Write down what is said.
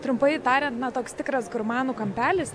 trumpai tariant na toks tikras gurmanų kampelis